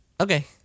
Okay